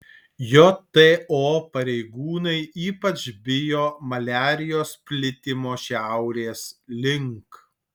jto pareigūnai ypač bijo maliarijos plitimo šiaurės link